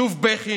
שוב בכי,